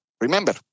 Remember